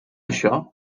això